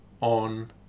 on